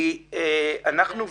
כי אנחנו,